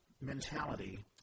mentality